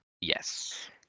Yes